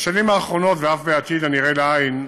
בשנים האחרונות, ואף בעתיד הנראה לעין,